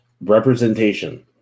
representation